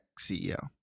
CEO